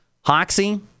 Hoxie